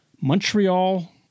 Montreal